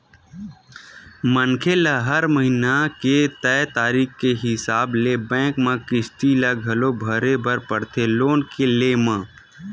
मनखे ल हर महिना के तय तारीख के हिसाब ले बेंक म किस्ती ल घलो भरे बर परथे लोन के लेय म